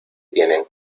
tienen